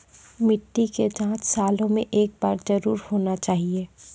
मिट्टी के जाँच सालों मे एक बार जरूर होना चाहियो?